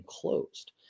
closed